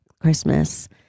Christmas